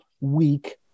week